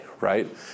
right